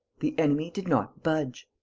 the enemy did not budge.